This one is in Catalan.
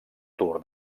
tour